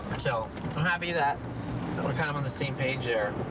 so i'm happy that we're kind of on the same page there.